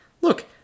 Look